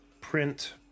print